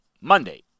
Monday